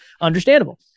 understandable